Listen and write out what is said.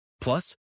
Plus